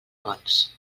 bons